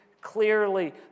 clearly